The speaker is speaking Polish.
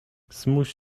zmuś